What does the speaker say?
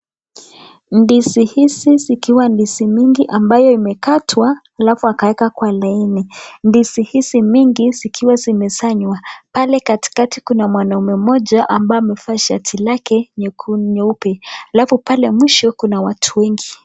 Ndizi hizi zikiwa ndizi mingi ambayo imekatwa alafu akaeka kwa laini, ndizi hizi mingi zikiwa zimesanywa, pale katikati kuna mwanaume mmoja ambaye amevaa shati lake nyeupe alafu pale mwisho kuna watu wengi.